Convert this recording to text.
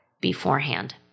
beforehand